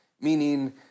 Meaning